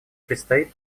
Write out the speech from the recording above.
предстоит